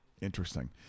interesting